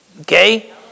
Okay